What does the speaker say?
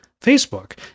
Facebook